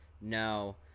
no